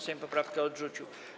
Sejm poprawkę odrzucił.